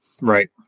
right